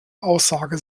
aussage